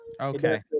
Okay